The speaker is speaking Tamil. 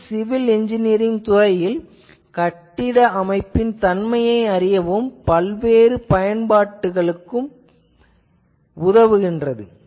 இது சிவில் இஞ்சினியரிங் துறையில் கட்டிட அமைப்பின் தன்மையை அறியவும் மற்றும் பல்வேறு பயன்பாடுகளுக்கும் உதவுகிறது